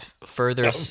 further